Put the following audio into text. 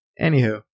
Anywho